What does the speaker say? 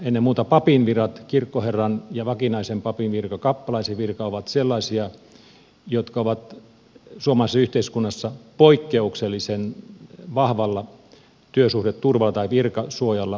ennen muuta papinvirat kirkkoherran virka ja vakinaisen papin virka kappalaisen virka ovat sellaisia jotka ovat suomalaisessa yhteiskunnassa poikkeuksellisen vahvalla virkasuojalla varustettuja virkoja